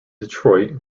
detroit